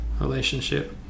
relationship